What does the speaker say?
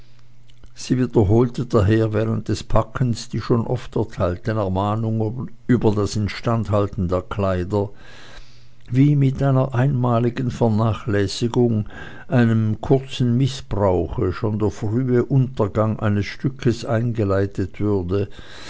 sie wiederholte daher während des packens die schon oft erteilten ermahnungen über das instandhalten der kleider wie mit einer einmaligen vernachlässigung einem kurzen mißbrauche schon der frühe untergang eines stückes eingeleitet würde